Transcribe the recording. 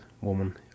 woman